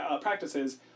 practices